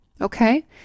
Okay